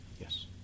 Yes